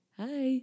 hi